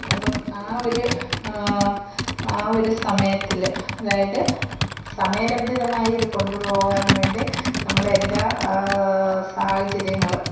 അപ്പം ആ ഒരു ആ ഒരു സമയത്തിൽ അതായത് സമയ ലബ്ധിതമായി ഇത് കൊണ്ടു പോകുവാന് വേണ്ടി നമ്മൾ എല്ലാ സാഹചര്യങ്ങളും